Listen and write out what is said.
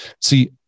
See